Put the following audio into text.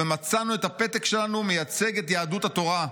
ומצאנו את הפתק שלנו מייצג את יהדות התורה.